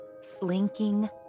slinking